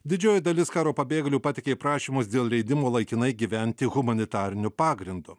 didžioji dalis karo pabėgėlių pateikė prašymus dėl leidimo laikinai gyventi humanitariniu pagrindu